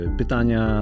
pytania